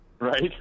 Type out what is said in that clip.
Right